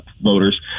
voters